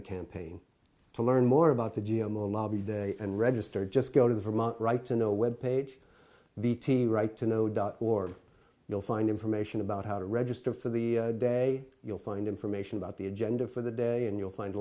the campaign to learn more about the g m a lobby day and register just go to the vermont right to know web page v t right to know dot org you'll find information about how to register for the day you'll find information about the agenda for the day and you'll find